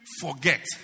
forget